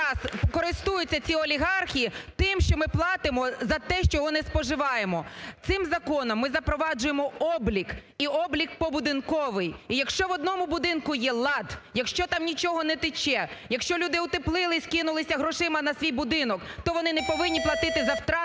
якраз користуються, ці олігархи, тим, що ми платимо за те, чого не споживаємо. Цим законом ми запроваджуємо облік і облік по будинковий, і якщо в одному будинку є лад, якщо там нічого не тече, якщо люди утеплилися, скинулися грошима на свій будинок, то вони не повинні платити за втрати